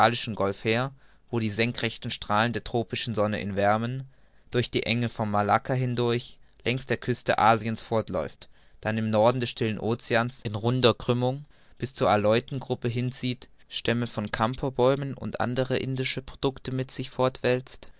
wo die senkrechten strahlen der tropischen sonne ihn wärmen durch die enge von malacca hindurch längs der küste asiens fortläuft dann im norden des stillen oceans in runder krümmung bis zur aleutengruppe hinzieht stämme von kampherbäumen und andere indische producte mit sich